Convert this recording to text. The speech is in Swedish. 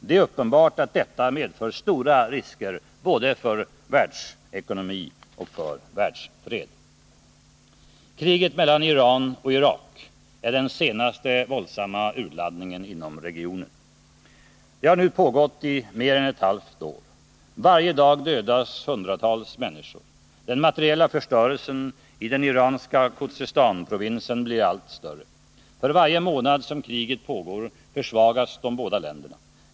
Det är uppenbart att detta medför stora risker både för världsekonomi och för världsfred. Kriget mellan Iran och Irak är den senaste våldsamma urladdningen inom regionen. Det har nu pågått i mer än ett halvt år. Varje dag dödas hundratals människor. Den materiella förstörelsen i den iranska Khuzestanprovinsen blir allt större. För varje månad som kriget pågår försvagas de båda länderna.